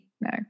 no